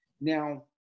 Now